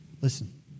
Listen